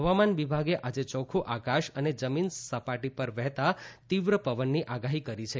હવામાન વિભાગે આજે ચોખ્ખું આકાશ અને જમીન સપાટી પર વહેતા તીવ્ર પવનની આગાહી કરી છે